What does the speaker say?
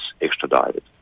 extradited